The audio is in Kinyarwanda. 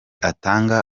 atanga